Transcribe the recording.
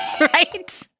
Right